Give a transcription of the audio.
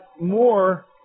more